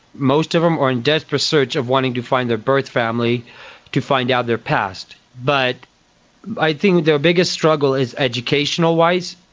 most of them are in desperate search of wanting to find their birth family to find out their past. but i think their biggest struggle is educational-wise.